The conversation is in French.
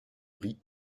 riz